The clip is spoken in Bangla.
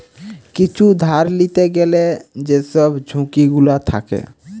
কিছু ধার লিতে গ্যালে যেসব ঝুঁকি গুলো থাকে